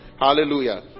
Hallelujah